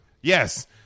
Yes